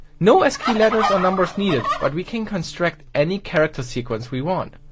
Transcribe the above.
no ascii letter or number needed but we can construct any character sequence we want.